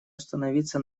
остановиться